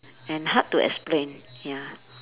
and hard to explain ya